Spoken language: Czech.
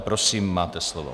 Prosím, máte slovo.